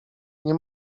nie